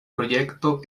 projekto